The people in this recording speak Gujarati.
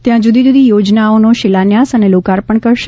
ત્યાં જુદી જુદી યોજનાઓનો શિલાન્યાસ અને લોકાર્પણ કરશે